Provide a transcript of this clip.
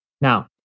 Now